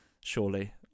surely